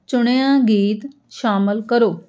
ਚੁਣਿਆ ਗੀਤ ਸ਼ਾਮਲ ਕਰੋ